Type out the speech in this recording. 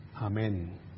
Amen